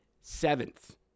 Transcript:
seventh